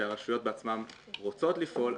שהרשויות בעצמן רוצות לפעול,